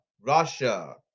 Russia